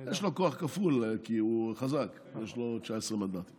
יש לו כוח כפול, כי הוא חזק, יש לו 19 מנדטים